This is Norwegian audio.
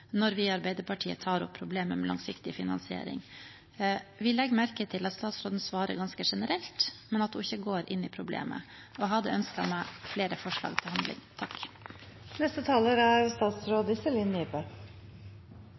når vi i Arbeiderpartiet tar opp problemet med langsiktig finansiering. Vi legger merke til at statsråden svarer ganske generelt, men at hun ikke går inn i problemet. Jeg hadde ønsket meg flere forslag til